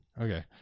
Okay